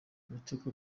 ibitego